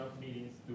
meetings